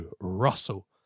Russell